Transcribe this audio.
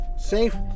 safe